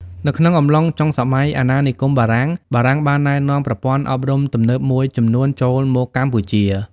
នៅក្នុងអំឡុងចុងសម័យអាណានិគមបារាំង បារាំងបានណែនាំប្រព័ន្ធអប់រំទំនើបមួយចំនួនចូលមកកម្ពុជា។